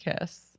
kiss